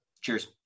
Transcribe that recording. Cheers